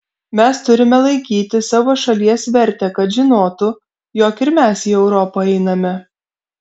mes turime laikyti savo šalies vertę kad žinotų jog ir mes į europą einame